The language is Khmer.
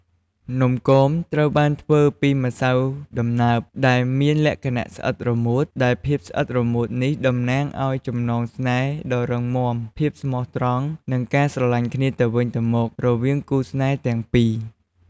នំគមត្រូវបានធ្វើពី ម្សៅដំណើប ដែលមានលក្ខណៈស្អិតរមួតដែលភាពស្អិតរមួតនេះតំណាងឲ្យចំណងស្នេហ៍ដ៏រឹងមាំភាពស្មោះត្រង់ និងការស្រឡាញ់គ្នាទៅវិញទៅមក រវាងគូរស្នេហ៍ទាំងពីរ។